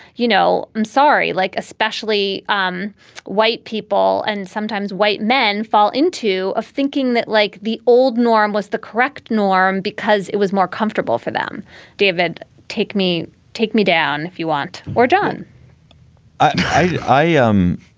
you know, i'm sorry. like, especially um white people and sometimes white men fall into a thinking that, like the old norm was the correct norm because it was more comfortable for them david, take me take me down if you want or john i um